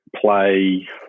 play